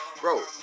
Bro